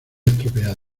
estropeado